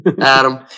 Adam